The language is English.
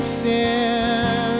sin